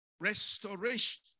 restoration